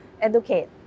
educate